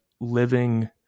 living